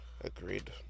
agreed